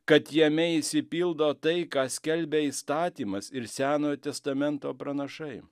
kad jame išsipildo tai ką skelbia įstatymas ir senojo testamento pranašai